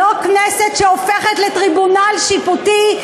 לא כנסת שהופכת לטריבונל שיפוטי,